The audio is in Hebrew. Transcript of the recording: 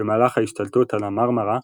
במהלך ההשתלטות על ה"מרמרה"